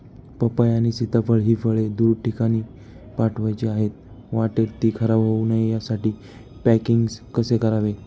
पपई आणि सीताफळ हि फळे दूर ठिकाणी पाठवायची आहेत, वाटेत ति खराब होऊ नये यासाठी पॅकेजिंग कसे करावे?